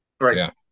Right